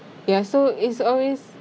ya so is always